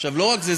עכשיו לא רק זה,